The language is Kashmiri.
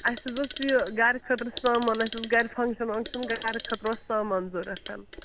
اَسہِ حظ اوس یہِ گَرِ خٲطرٕ سامان اَسہِ اوس گَرِ فَنٛگشَن وَنٛگشَن گَرٕ خٲطرٕ اوس سامان ضوٚرَتھ